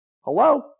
Hello